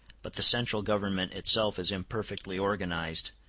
but the central government itself is imperfectly organized,